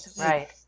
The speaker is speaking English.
right